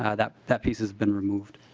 ah that that piece has been removed.